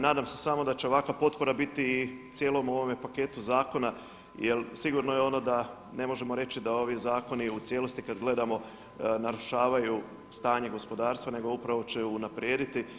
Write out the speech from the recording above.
Nadam se samo da će ovakva potpora biti i u cijelom ovom paketu zakona jer sigurno je ono da ne možemo reći da ovi zakoni u cijelosti kada gledamo narušavaju stanje gospodarstva nego upravo će unaprijediti.